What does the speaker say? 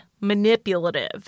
manipulative